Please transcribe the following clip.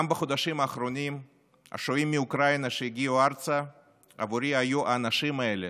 בחודשים האחרונים השוהים מאוקראינה שהגיעו ארצה היו עבורי האנשים האלה